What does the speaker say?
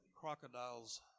crocodiles